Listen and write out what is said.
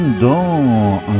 dans